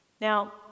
Now